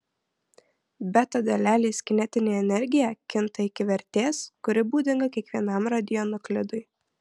beta dalelės kinetinė energija kinta iki vertės kuri būdinga kiekvienam radionuklidui